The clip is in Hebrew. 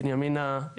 בנימינה,